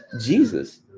Jesus